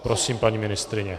Prosím, paní ministryně.